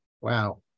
wow